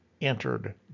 entered